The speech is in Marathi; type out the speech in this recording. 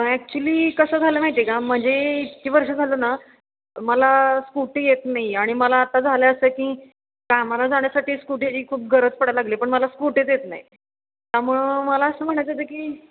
ॲक्च्युली कसं झालं माहिती आहे का म्हणजे इतकी वर्ष झालं ना मला स्कूटी येत नाही आणि मला आता झालं असं की कामाला जाण्यासाठी स्कूटीची खूप गरज पडाय लागली पण मला स्कूटीच येत नाही त्यामुळं मला असं म्हणायचं होतं की